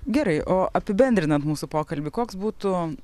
gerai o apibendrinant mūsų pokalbį koks būtų